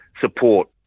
support